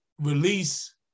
Release